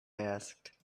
asked